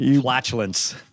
flatulence